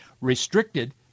restricted